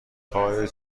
چای